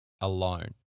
alone